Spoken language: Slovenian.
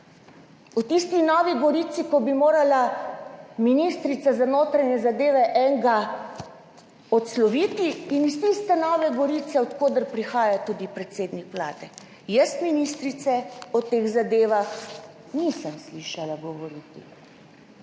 V tisti Novi Gorici ko bi morala ministrica za notranje zadeve enega odsloviti in iz tiste Nove Gorice od koder prihaja tudi predsednik Vlade. Jaz ministrice o teh zadevah nisem slišala govoriti,